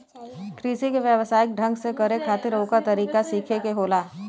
कृषि के व्यवसायिक ढंग से करे खातिर ओकर तरीका सीखे के होला